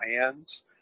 hands